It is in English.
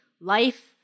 life